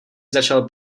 začal